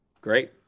Great